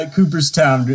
Cooperstown